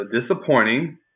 disappointing